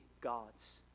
gods